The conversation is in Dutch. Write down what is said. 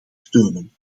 steunen